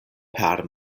per